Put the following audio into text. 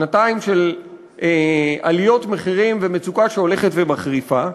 שנתיים של עליות מחירים ומצוקה שהולכת ומחריפה.